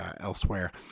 elsewhere